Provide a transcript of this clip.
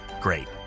Great